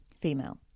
Female